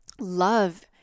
Love